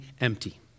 empty